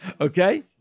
Okay